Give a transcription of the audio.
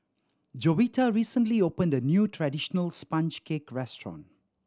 Jovita recently opened a new traditional sponge cake restaurant